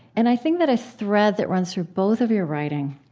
and i think that a thread that runs through both of your writing